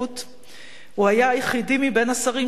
הוא היה היחידי מבין השרים שלא הזיז